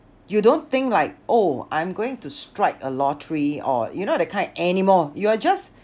you don't think like oh I'm going to strike a lottery or you know that kind anymore you're just